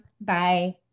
Bye